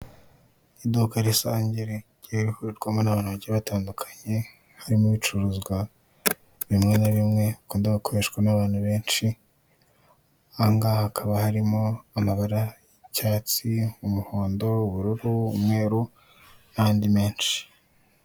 Iduka rusange rigiye rihurirwamo n'abantu bagiye batandukanye harimo ibicuruzwa bimwe na bimwe bikundwa gukoreshwa n'abantu beshi, ahangaha hakaba harimo amabara y'icyatsi, umuhondo, ubururu, umweru n'andi meshi